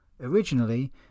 originally